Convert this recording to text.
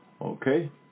Okay